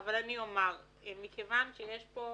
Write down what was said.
אבל אני אומר שיש כאן